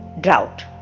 Drought